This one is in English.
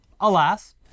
Alas